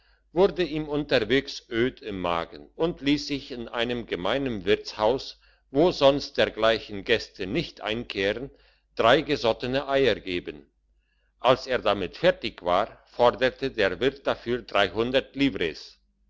wurde ihm unterwegs öd im magen und liess sich in einem gemeinen wirtshaus wo sonst dergleichen gäste nicht einkehren drei gesottene eier geben als er damit fertig war fordert der wirt dafür livres